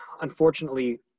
unfortunately